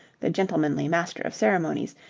the gentlemanly master of ceremonies,